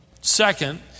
Second